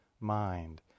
mind